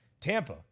Tampa